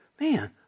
man